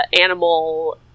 animal